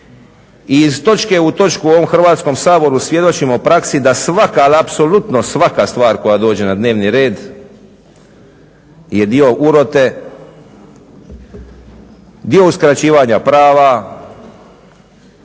i iz točke u točku u ovom Hrvatskom saboru svjedočimo u praksi da svaka al apsolutno svaka stvar koja dođe na dnevni red je dio urote, dio uskraćivanja prava,